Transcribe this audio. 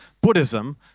Buddhism